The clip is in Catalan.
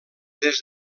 des